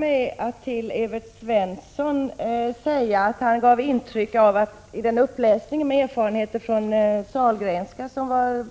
Den uppläsning som Evert Svensson gjorde om erfarenheter från Sahlgrenska sjukhuset